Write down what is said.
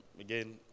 Again